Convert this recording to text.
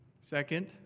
Second